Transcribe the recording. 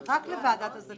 כן, רק לוועדת הזכאות.